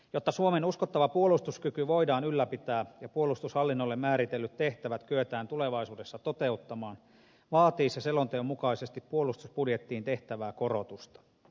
jotta suomen uskottava puolustuskyky voidaan ylläpitää ja puolustushallinnolle määritellyt tehtävät kyetään tulevaisuudessa toteuttamaan vaatii se selonteon mukaisesti puolustusbudjettiin tehtävää korotusta